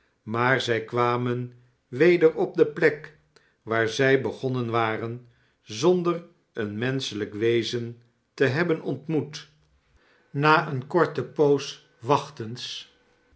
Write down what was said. maar zij kwamen weder op de plek waar zij begonnen waren zonder een menschelijk wezen te hebben ontmoet na eene korte poos